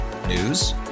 News